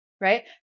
right